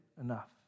enough